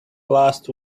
last